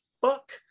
fuck